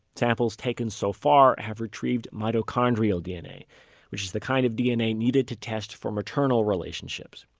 samples taken so far have retrieved mitochondrial dna which is the kind of dna needed to test for maternal relationships.